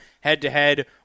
head-to-head